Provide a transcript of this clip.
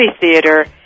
theater